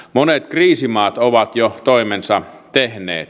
monet kriisimaat ovat jo toimensa tehneet